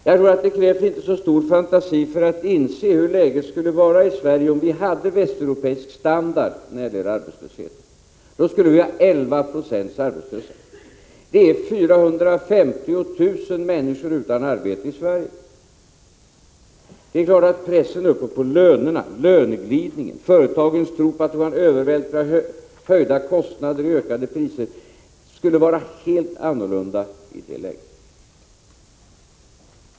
Jag tror att det inte krävs så stor fantasi för att inse hur läget skulle vara i Sverige, om vi hade västeuropeisk standard för arbetslöshet. Då skulle vi ha 11 96 arbetslöshet, dvs. 450 000 människor utan arbete i Sverige. Det är klart att pressen uppåt på lönerna genom löneglidningen och företagens tro på att man kan ta ut kostnadshöjningar i form av prisökningar skulle vara en helt annan i det läget.